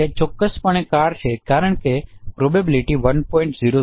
તે ચોક્કસપણે કાર છે કારણ કે તેપ્રોબેબિલિટિ 1